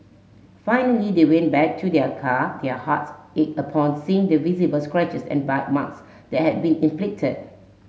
finally they went back to their car their hearts in upon seeing the visible scratches and bite marks that had been inflicted